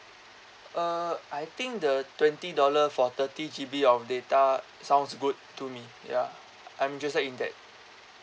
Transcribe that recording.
uh I think the twenty dollar for thirty G_B of data sounds good to me ya I'm interested in that